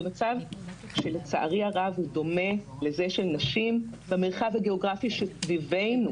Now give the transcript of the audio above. במצב שלצערי הרב הוא דומה לזה של נשים במרחב הגיאוגרפי שסביבנו,